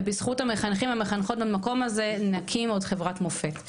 ובזכות המחנכים והמחנכות במקום הזה נקים עוד חברת מופת,